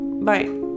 Bye